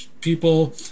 people